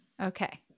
Okay